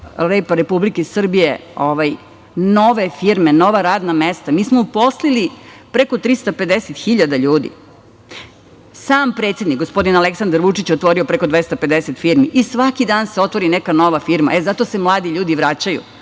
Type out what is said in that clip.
Republike Srbije nove firme, nova radna mesta. Mi smo uposlili preko 350.000 ljudi. Sam predsednik, gospodin Aleksandar Vučić je otvorio preko 250 firmi i svaki dan se otvori neka nova firma. E, zato se mladi ljudi vraćaju,